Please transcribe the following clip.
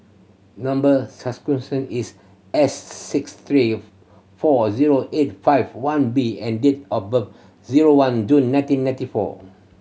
number is S six three four zero eight five one B and date of birth zero one June nineteen ninety four